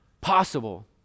possible